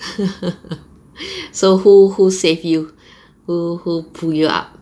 so who who save you who who pull you up